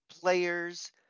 players